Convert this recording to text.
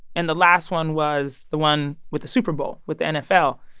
and the last one was the one with the super bowl with the nfl.